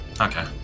okay